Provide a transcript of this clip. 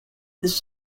this